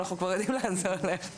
אנחנו כבר יודעים לאן זה הולך.